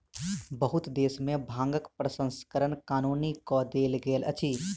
बहुत देश में भांगक प्रसंस्करण कानूनी कअ देल गेल अछि